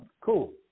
Cool